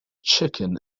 chicken